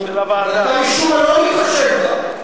שלנו, אבל אתה משום מה לא מתחשב בה.